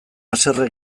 haserre